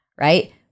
Right